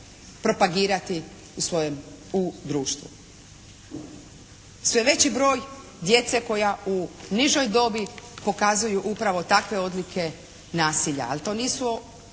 propagirati u društvu. Sve veći broj djece koja u nižoj dobi pokazuju upravo takve odlike nasilja, ali to nisu